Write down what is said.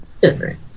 Different